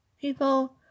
people